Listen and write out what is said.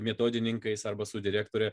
metodininkais arba su direktore